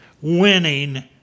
winning